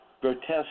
grotesque